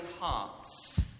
hearts